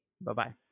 Bye-bye